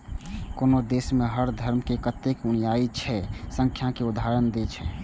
कोनो देश मे हर धर्मक कतेक अनुयायी छै, ई सांख्यिकीक उदाहरण छियै